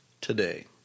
today